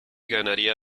ganaría